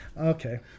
Okay